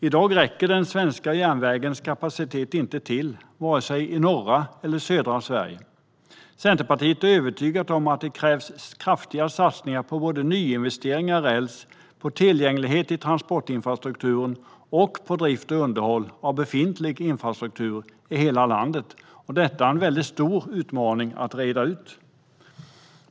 I dag räcker den svenska järnvägens kapacitet inte till, vare sig i norra eller södra Sverige. Vi i Centerpartiet är övertygade om att det krävs kraftfulla satsningar på nyinvesteringar i räls, på tillgänglighet i transportinfrastrukturen och på drift och underhåll av befintlig infrastruktur i hela landet. Detta är en väldigt stor utmaning att reda ut.